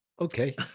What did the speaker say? Okay